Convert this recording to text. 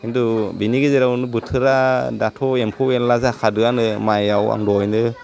खिन्थु बिनि गेजेरावनो बोथोरा दाथ' एम्फौ एनला जाखादोआनो मायआव आं दहायनो